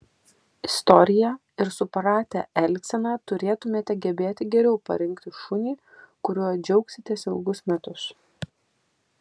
istoriją ir supratę elgseną turėtumėte gebėti geriau parinkti šunį kuriuo džiaugsitės ilgus metus